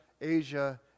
Asia